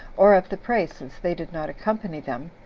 or of the prey, since they did not accompany them,